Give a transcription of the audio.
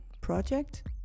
project